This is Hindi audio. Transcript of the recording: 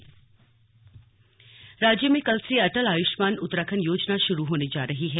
स्लग आयुष्मान योजना राज्य में कल से अटल आयुष्मान उत्तराखंड योजना शुरू होने जा रही है